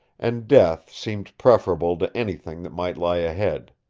and death seemed preferable to anything that might lie ahead.